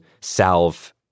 salve